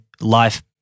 life